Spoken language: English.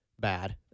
bad